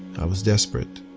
i was desperate.